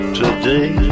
today